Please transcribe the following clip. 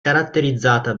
caratterizzata